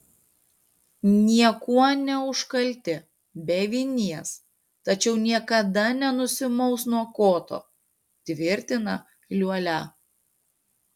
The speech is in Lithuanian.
niekuo neužkalti be vinies tačiau niekada nenusimaus nuo koto tvirtina liuolia